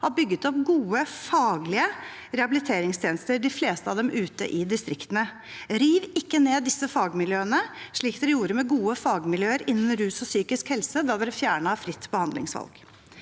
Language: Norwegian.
har bygget opp gode faglige rehabiliteringstjenester – de fleste av dem ute i distriktene: Riv ikke ned disse fagmiljøene, slik dere gjorde med gode fagmiljøer innen rus og psykisk helse da dere fjernet fritt behandlingsvalg.